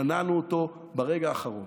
מנענו אותו ברגע האחרון